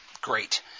Great